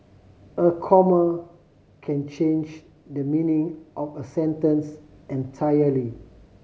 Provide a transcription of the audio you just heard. a comma can change the meaning of a sentence entirely